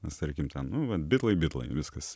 nes tarkim ten nu vat bitlai bitlai viskas